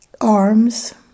arms